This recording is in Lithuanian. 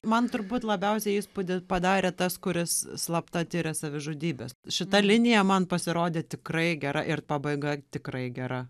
man turbūt labiausiai įspūdį padarė tas kuris slapta tiria savižudybes šita linija man pasirodė tikrai gera ir pabaiga tikrai gera